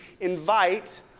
invite